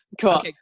Cool